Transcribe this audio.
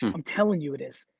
i'm telling you it is.